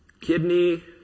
kidney